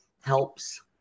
helps